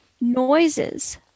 noises